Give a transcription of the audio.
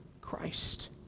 Christ